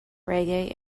reggae